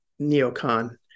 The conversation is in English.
neocon